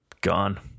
gone